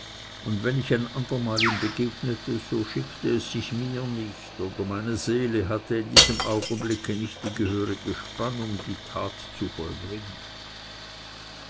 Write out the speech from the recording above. und wenn ich ein andermal ihm begegnete so schickte es sich mir nicht oder meine seele hatte in diesem augenblicke nicht die gehörige spannung die tat zu vollbringen